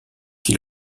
qui